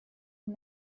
and